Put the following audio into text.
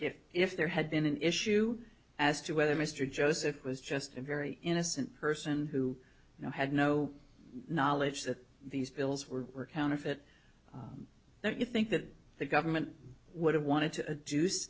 if if there had been an issue as to whether mr joseph was just a very innocent person who now had no knowledge that these bills were counterfeit don't you think that the government would have wanted to juice